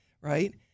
right